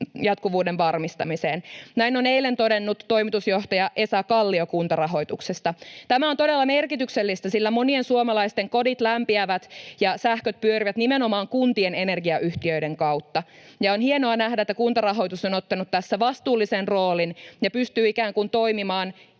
jatkuvuuden varmistamiseen. Näin on eilen todennut toimitusjohtaja Esa Kallio Kuntarahoituksesta. Tämä on todella merkityksellistä, sillä monien suomalaisten kodit lämpiävät ja sähköt pyörivät nimenomaan kuntien energiayhtiöiden kautta, ja on hienoa nähdä, että Kuntarahoitus on ottanut tässä vastuullisen roolin ja pystyy ikään kuin toimimaan